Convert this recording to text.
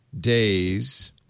days